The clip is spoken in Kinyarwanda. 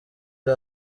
iyi